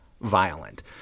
violent